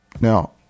Now